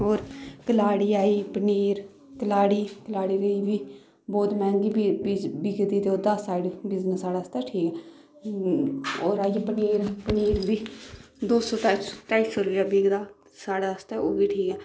होर कलाड़ी आई पनीर कलाड़ी कलाड़ी बी होई ते बहुत मैंह्गी बी बिकदी ते ओह्दा साइड बिजनेस साढ़े आस्तै ठीक होर आई गेआ पनीर पनीर बी दो सौ त्रै सौ ढाई सौ बिकदा साढ़े आस्तै ओह्बी ठीक ऐ